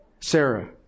Sarah